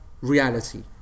reality